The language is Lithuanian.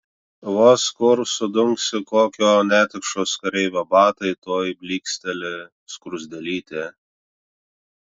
vos kur sudunksi kokio netikšos kareivio batai tuoj blyksteli skruzdėlytė